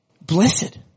Blessed